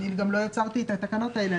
אני גם לא יצרתי את התקנות האלה,